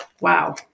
Wow